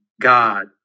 God